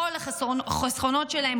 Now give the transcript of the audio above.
כל החסכונות שלהם,